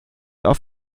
auf